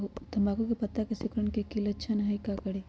तम्बाकू के पत्ता में सिकुड़न के लक्षण हई का करी?